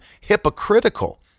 hypocritical